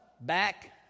back